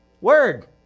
Word